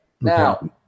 Now